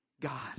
God